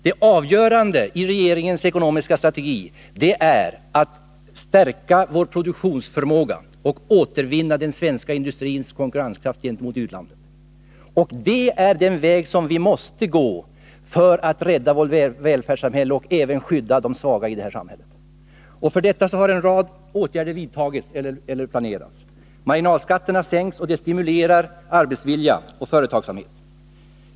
Det avgörande i regeringens ekonomiska strategi är inriktningen på att stärka vår produktionsförmåga och återvinna den svenska industrins konkurrenskraft gentemot utlandet. Det är den väg vi måste gå för att rädda vårt välfärdssamhälle och skydda de svaga i det här samhället. En rad åtgärder har vidtagits eller planeras i detta syfte. Marginalskatterna sänks; det stimulerar arbetsvilja och företagsamhet.